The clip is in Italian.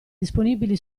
disponibili